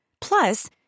Plus